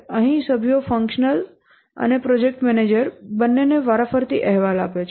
અહીં સભ્યો ફંક્શનલ અને પ્રોજેક્ટ મેનેજર બંનેને વારાફરતી અહેવાલ આપે છે